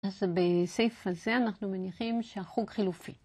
אז בסעיף הזה אנחנו מניחים שהחוג חילופי.